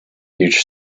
each